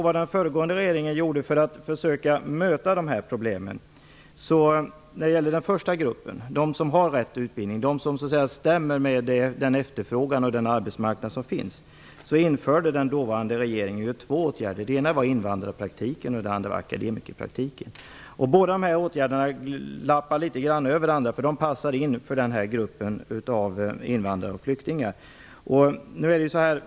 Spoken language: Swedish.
Vad den föregående regeringen gjorde för att försöka möta problemen för den första gruppen, som har rätt utbildning och som stämmer med efterfrågan på arbetsmarknaden, var att införa två åtgärder. Den ena var invandrarpraktiken och den andra var akademikerpraktiken. Båda åtgärderna lappar litet grand över varandra, för de passar in för denna grupp av invandrare och flyktingar.